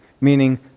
meaning